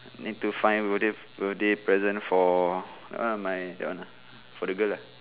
need to find birthday birthday present for ah my fiancee for the girl ah